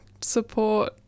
support